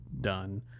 done